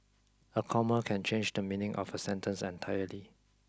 a comma can change the meaning of a sentence entirely